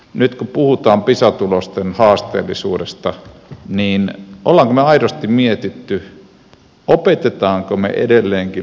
nyt kun puhutaan pisa tulosten haasteellisuudesta niin olemmeko me aidosti miettineet opetetaanko meillä edelleenkin liian perinteisesti